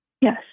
Yes